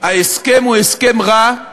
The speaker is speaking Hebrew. ההסכם הוא הסכם רע,